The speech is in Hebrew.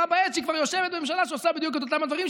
בה-בעת שהיא כבר יושבת בממשלה שעושה בדיוק את אותם הדברים,